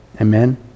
Amen